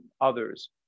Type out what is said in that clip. others